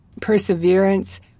perseverance